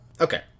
Okay